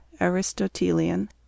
Aristotelian